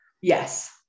yes